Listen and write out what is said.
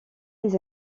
les